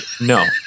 no